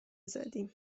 زدیم